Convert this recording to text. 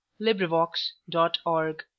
LibriVox.org